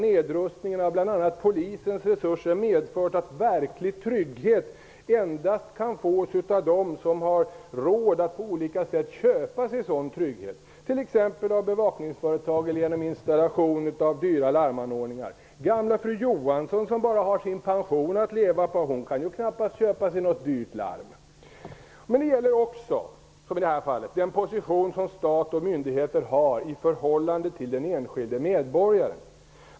Nedrustningen av bl.a. polisens resurser har medfört att verklig trygghet endast kan fås av dem som har råd att på olika sätt köpa sig sådan trygghet, t.ex. bevakning av säkerhetsföretag eller installation av dyra larmanordningar. Gamla fru Johansson, som bara har sin pension att leva på, kan ju knappast köpa sig ett dyrt larm. I det här fallet gäller det den position som stat och myndigheter har i förhållande till den enskilde medborgaren.